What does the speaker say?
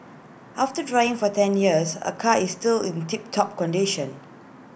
after driving for ten years her car is still in tip top condition